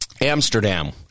Amsterdam